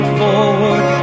forward